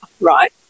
right